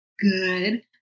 good